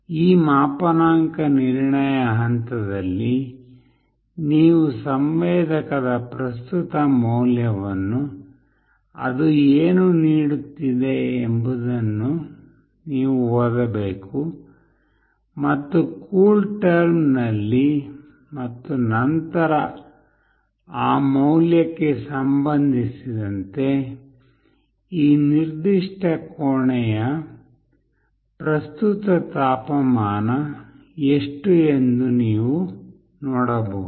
ಈ ಮಾಪನಾಂಕ ನಿರ್ಣಯ ಹಂತದಲ್ಲಿ ನೀವು ಸಂವೇದಕದ ಪ್ರಸ್ತುತ ಮೌಲ್ಯವನ್ನು ಅದು ಏನು ನೀಡುತ್ತಿದೆ ಎಂಬುದನ್ನು ನೀವು ಓದಬೇಕು ಮತ್ತು ಕೂಲ್ಟೆರ್ಮ್ನಲ್ಲಿ ಮತ್ತು ನಂತರ ಆ ಮೌಲ್ಯಕ್ಕೆ ಸಂಬಂಧಿಸಿದಂತೆ ಈ ನಿರ್ದಿಷ್ಟ ಕೋಣೆಯ ಪ್ರಸ್ತುತ ತಾಪಮಾನ ಎಷ್ಟು ಎಂದು ನೀವು ನೋಡಬಹುದು